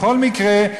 בכל מקרה,